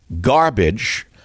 garbage